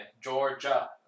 Georgia